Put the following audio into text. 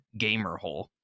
GAMERHOLE